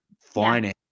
Finance